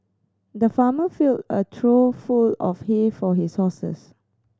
the farmer filled a trough full of hay for his horses